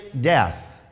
death